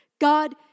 God